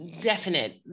definite